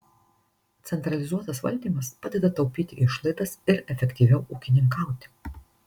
centralizuotas valdymas padeda taupyti išlaidas ir efektyviau ūkininkauti